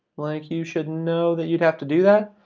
like you should know that you'd have to do that,